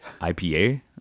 IPA